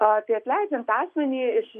apie atleidžiant asmenį iš